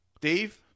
Dave